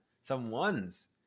someone's